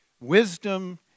Wisdom